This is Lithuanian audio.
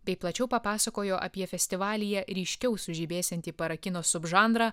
bei plačiau papasakojo apie festivalyje ryškiau sužibėsiantį para kino subžanrą